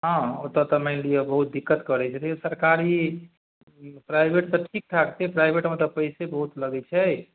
हँ ओतऽ तऽ मानि लिअऽ बहुत दिक्कत करै छै सरकारी प्राइवेट तऽ ठीक ठाक छै प्राइवेटमे तऽ पइसे बहुत लगै छै